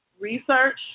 research